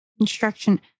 instruction